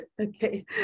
Okay